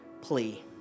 plea